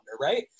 right